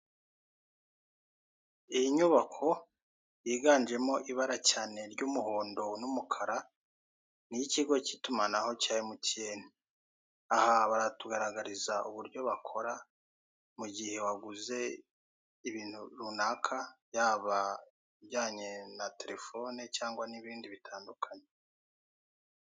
Iyi nyubako yiganjemo ibara cyane ry'umuhondo n'umukara, ni iy'ikigo cy'itumanaho cya MTN, aha baratugaragariza uburyo bakora mu gihe waguze ibintu runaka yaba ujyanye na telefoni cyangwa n'ibindi bitandukanye.